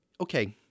okay